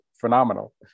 phenomenal